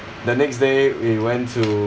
the next day we went to